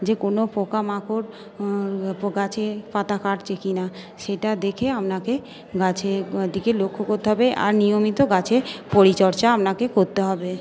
যে কোনো পোকা মাকড় গাছে পাতা কাটছে কি না সেটা দেখে আপনাকে গাছের দিকে লক্ষ্য করতে হবে আর নিয়মিত গাছের পরিচর্যা আপনাকে করতে হবে